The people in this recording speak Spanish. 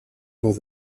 los